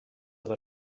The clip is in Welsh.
oedd